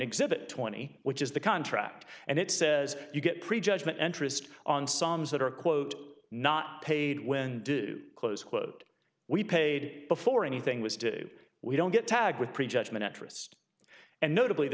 exhibit twenty which is the contract and it says you get pre judgment interest on psalms that are quote not paid when due close quote we paid before anything was due we don't get tagged with prejudgment interest and notably the